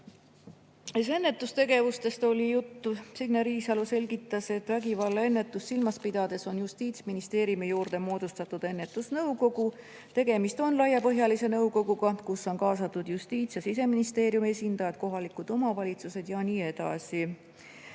Ka ennetustegevustest oli juttu. Signe Riisalo selgitas, et vägivallaennetust silmas pidades on Justiitsministeeriumi juurde moodustatud ennetusnõukogu. Tegemist on laiapõhjalise nõukoguga, kuhu on kaasatud Justiitsministeeriumi ja Siseministeeriumi esindajad, kohalikud omavalitsused ja nii edasi.